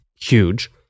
huge